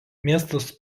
miestas